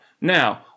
Now